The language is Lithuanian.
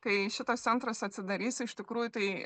kai šitas centras atsidarys iš tikrųjų tai